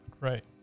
Right